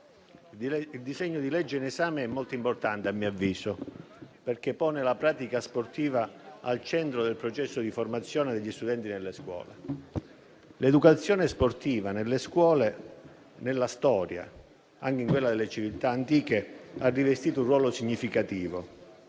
il disegno di legge in esame è molto importante - a mio avviso - perché pone la pratica sportiva al centro del processo di formazione degli studenti nelle scuole. L'educazione sportiva nelle scuole nella storia, anche in quella delle civiltà antiche, ha rivestito un ruolo significativo